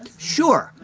sure.